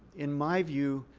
in my view,